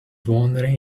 wondering